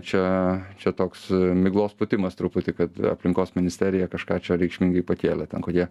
čia čia toks miglos pūtimas truputį kad aplinkos ministerija kažką čia reikšmingai pakėlė ten kokie